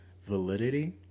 validity